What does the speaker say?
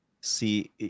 see